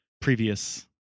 previous